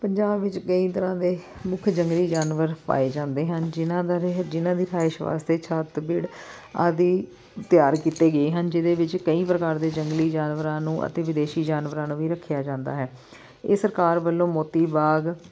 ਪੰਜਾਬ ਵਿੱਚ ਕਈ ਤਰ੍ਹਾਂ ਦੇ ਮੁੱਖ ਜੰਗਲੀ ਜਾਨਵਰ ਪਾਏ ਜਾਂਦੇ ਹਨ ਜਿਨ੍ਹਾਂ ਦਾ ਰਿਹ ਜਿਨ੍ਹਾਂ ਦੀ ਰਿਹਾਇਸ਼ ਵਾਸਤੇ ਛੱਤਬੀੜ ਆਦਿ ਤਿਆਰ ਕੀਤੇ ਗਏ ਹਨ ਜਿਹਦੇ ਵਿੱਚ ਕਈ ਪ੍ਰਕਾਰ ਦੇ ਜੰਗਲੀ ਜਾਨਵਰਾਂ ਨੂੰ ਅਤੇ ਵਿਦੇਸ਼ੀ ਜਾਨਵਰਾਂ ਨੂੰ ਵੀ ਰੱਖਿਆ ਜਾਂਦਾ ਹੈ ਇਹ ਸਰਕਾਰ ਵੱਲੋਂ ਮੋਤੀ ਬਾਗ